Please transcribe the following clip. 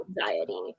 anxiety